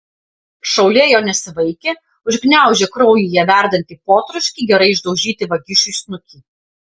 šaulė jo nesivaikė užgniaužė kraujyje verdantį potroškį gerai išdaužyti vagišiui snukį